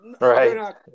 right